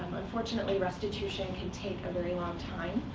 unfortunately, restitution can take a very long time,